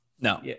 No